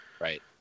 Right